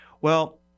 Well-